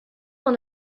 dans